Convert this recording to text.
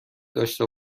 داشته